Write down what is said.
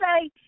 say